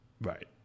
Right